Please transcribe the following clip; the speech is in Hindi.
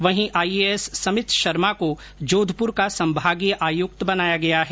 वहीं आईएएस समित शर्मा को जोधपुर का संभागीय आयुक्त बनाया गया है